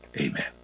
Amen